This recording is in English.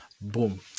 boom